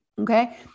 Okay